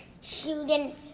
shooting